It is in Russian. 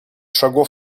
шагов